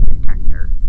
detector